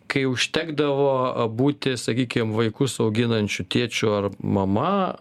kai užtekdavo būti sakykim vaikus auginančiu tėčiu ar mama